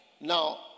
Now